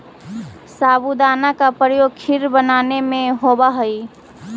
साबूदाना का प्रयोग खीर बनावे में होवा हई